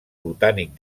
botànic